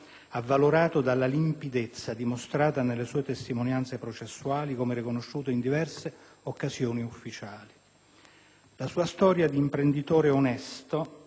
avvalorato dalla limpidezza dimostrata nelle sue testimonianze processuali come riconosciuto in diverse occasioni ufficiali. La sua storia di imprenditore onesto